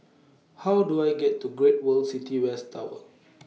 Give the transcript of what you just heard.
How Do I get to Great World City West Tower